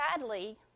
sadly